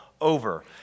over